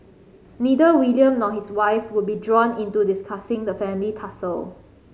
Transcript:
neither William nor his wife would be drawn into discussing the family tussle